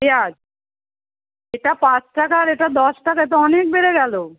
পেঁয়াজ এটা পাঁচ টাকা আর এটা দশ টাকা এতো অনেক বেড়ে গেলো